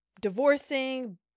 divorcing